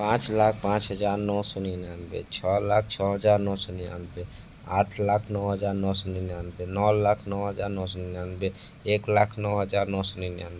पाँच लाख पाँच हज़ार नौ सौ निन्यानवे छ लाख छ हज़ार नौ सौ निन्यानवे आठ लाख नौ हज़ार नौ सौ निन्यानवे नौ लाख नौ हज़ार नौ सौ निन्यानवे एक लाख नौ हज़ार नौ सौ निन्यानवे